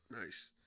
Nice